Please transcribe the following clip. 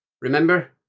Remember